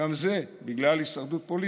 גם זה בגלל הישרדות פוליטית.